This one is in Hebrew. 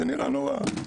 זה נראה נורא.